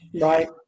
Right